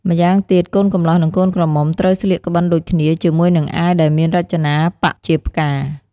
ម្យ៉ាងទៀត កូនកំលោះនិងកូនក្រមុំត្រូវស្លៀកក្បិនដូចគ្នា ជាមួយនឹងអាវដែលមានរចនាប៉ាក់ជាផ្កា។